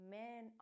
men